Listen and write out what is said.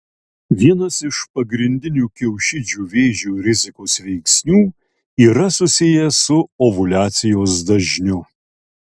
vienas iš pagrindinių kiaušidžių vėžio rizikos veiksnių yra susijęs su ovuliacijos dažniu